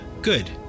good